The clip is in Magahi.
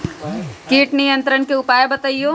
किट नियंत्रण के उपाय बतइयो?